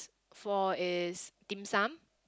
for is Dim Sum